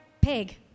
pig